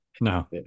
No